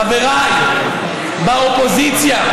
חבריי באופוזיציה: